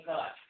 God